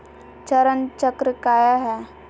चरण चक्र काया है?